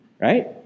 right